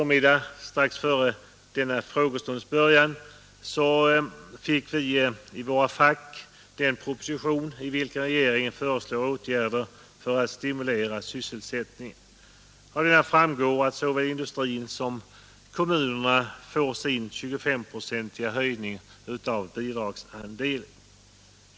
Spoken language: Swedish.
Men nu har propositionen kommit. Jag föreställer mig att herr Josefson motionerar i anledning av den, och i så fall får vi väl anledning att återkomma och se, om det går att övertyga riksdagen.